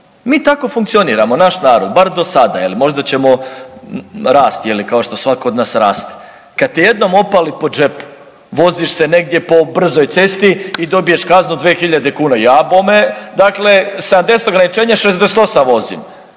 Mi tako funkcioniramo, naš narod, bar do sada jel, možda ćemo rasti je li kao što svako od nas raste. Kad te jednom opali po džepu, voziš se negdje po brzoj cesti i dobiješ kaznu 2.000 kuna, a bome sa dakle 70 ograničenja 68 vozim